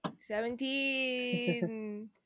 Seventeen